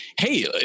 Hey